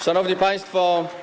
Szanowni Państwo!